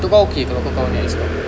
untuk kau okay kalau kau kawan dengan ex kau